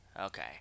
Okay